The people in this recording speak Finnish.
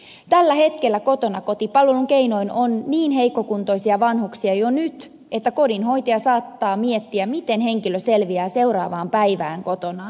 jo tällä hetkellä kotona kotipalvelun keinoin hoidettuina on niin heikkokuntoisia vanhuksia että kodinhoitaja saattaa miettiä miten henkilö selviää seuraavaan päivään kotonaan